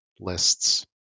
lists